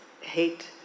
hate